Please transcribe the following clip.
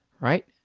right.